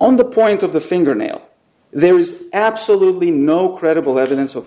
on the point of the fingernail there is absolutely no credible evidence of